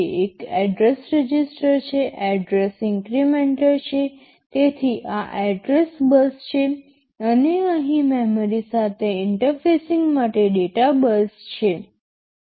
એક address register છે address incrementer છે તેથી આ એડ્રેસ બસ છે અને અહીં મેમરી સાથે ઇન્ટરફેસિંગ માટે ડેટા બસ છે